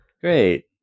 Great